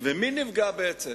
נפגע בעצם?